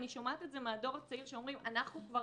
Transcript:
אני שומעת את זה מהדור הצעיר שאומרים אנחנו כבר